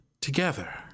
together